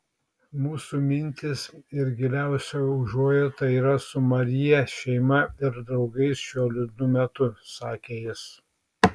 mūsų mintys ir giliausia užuojauta yra su maryje šeima ir draugais šiuo liūdnu metu sakė jis